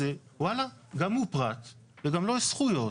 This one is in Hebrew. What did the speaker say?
והאיש הזה, וואלה, גם הוא פרט וגם לא יש זכויות.